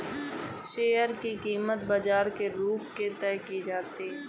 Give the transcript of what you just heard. share की कीमत बाजार के रुख से तय की जाती है